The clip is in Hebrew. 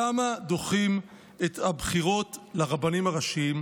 למה דוחים את הבחירות לרבנים הראשיים?